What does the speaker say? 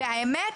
והאמת,